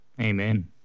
Amen